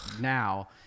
now